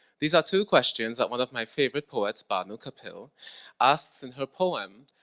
these are two questions at one of my favorite poets bhanu kapil asks in her poem,